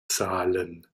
zahlen